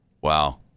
Wow